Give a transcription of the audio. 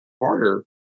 harder